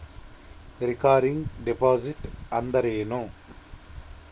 Recurring deposit ಅಂದರೇನು?